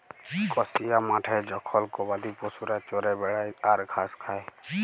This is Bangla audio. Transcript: কসিয়া মাঠে জখল গবাদি পশুরা চরে বেড়ায় আর ঘাস খায়